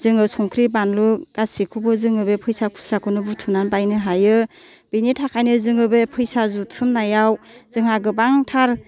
जोङो संख्रि बानलु गासिखौबो जोङो बे फैसा खुस्राखौनो बुथुमनानै बायनो हायो बिनि थाखायनो जोङो बे फैसा जथुमनायाव जोंहा गोबांथार